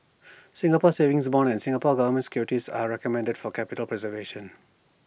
Singapore savings bonds and Singapore Government securities are recommended for capital preservation